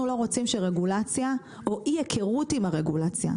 אנחנו לא רוצים שרגולציה או אי היכרות עם הרגולציה,